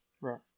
Right